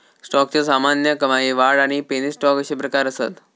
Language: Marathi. स्टॉकचे सामान्य, कमाई, वाढ आणि पेनी स्टॉक अशे प्रकार असत